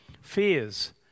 fears